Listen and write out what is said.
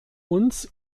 uns